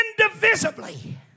indivisibly